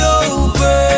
over